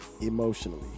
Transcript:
emotionally